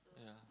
yeah